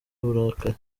uburakari